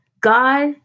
God